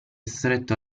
stretto